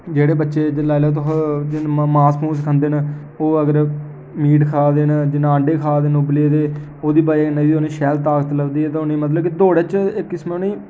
जेह्ड़े बच्चे लाई लैओ तुस मास मूस खंदे न ओह् अगर मीट खाऽ दे न अंडे खाऽ दे न उबले दे ओह्दी बजह् कन्नै उ'नें ई शैल ताकत लभदी ते उ'नें मतलब की दौड़ च इक किस्म उ'नें गी